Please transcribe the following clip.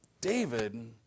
David